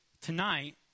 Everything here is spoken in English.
Tonight